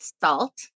salt